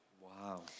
Wow